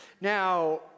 Now